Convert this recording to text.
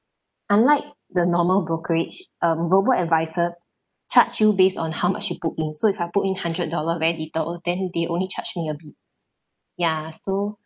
unlike the normal brokerage um robo advisers charge you based on how much you put in so if I put in hundred dollar very little then they only charge me a bit ya so